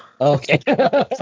Okay